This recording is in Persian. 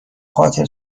قادر